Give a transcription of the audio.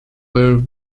wear